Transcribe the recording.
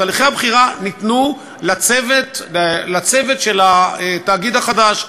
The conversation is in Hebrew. תהליכי הבחירה ניתנו לצוות של התאגיד החדש,